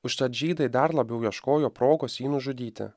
užtat žydai dar labiau ieškojo progos jį nužudyti